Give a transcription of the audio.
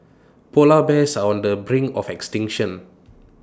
Polar Bears are on the brink of extinction